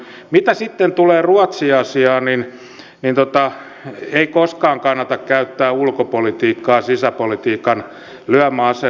mitä sitten tulee ruotsi asiaan niin ei koskaan kannata käyttää ulkopolitiikkaa sisäpolitiikan lyömäaseena